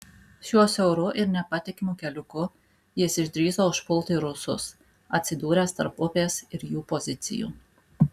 šiuo siauru ir nepatikimu keliuku jis išdrįso užpulti rusus atsidūręs tarp upės ir jų pozicijų